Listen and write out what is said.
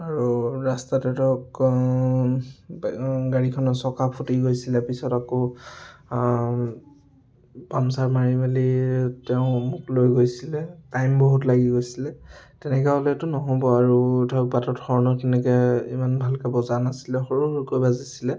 আৰু ৰাস্তাতে গাড়ীখনৰ চকা ফুটি গৈছিলে পিছত আকৌ পামচাৰ মাৰি মেলি তেওঁ মোক লৈ গৈছিলে টাইম বহুত লাগি গৈছিলে তেনেকৈ হ'লেতো নহ'ব আৰু ধৰক বাটত হৰ্ণো তেনেকৈ ইমান ভালকৈ বজা নাছিলে সৰু সৰুকৈ বাজিছিলে